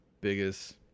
biggest